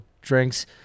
drinks